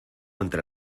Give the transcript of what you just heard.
entre